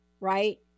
right